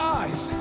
eyes